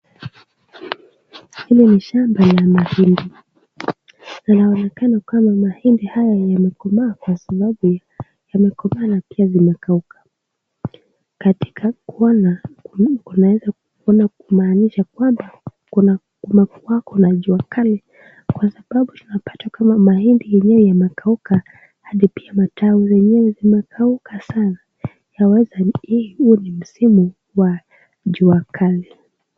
Hili ni shamba la mahindi. Anaonekana kwamba mahindi haya yamekomama kwa sababu yamekomana pia yamekauka. Katika kuona, kuona ku maananisha kwamba kunakuwa na jua kali kwa sababu tunapata kama mahindi yenyewe yamekauka, hadi pia matawi yenyewe yamekauka sana. Yawezekana huu ni msimu wa jua kali.